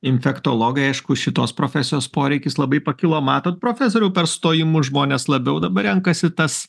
infektologai aišku šitos profesijos poreikis labai pakilo matot profesoriau per stojimus žmonės labiau dabar renkasi tas